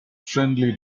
friendly